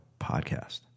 podcast